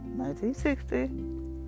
1960